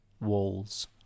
walls